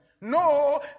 No